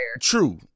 True